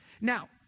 Now